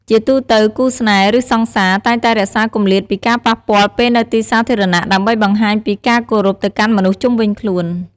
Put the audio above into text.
ជាទូទៅ គូស្នេហ៍ ឬ សង្សារ តែងតែរក្សាគម្លាតពីការប៉ះពាល់ពេលនៅទីសាធារណៈ ដើម្បីបង្ហាញពីការគោរពទៅកាន់មនុស្សជុំវិញខ្លួន។